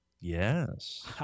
Yes